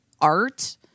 art